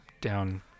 down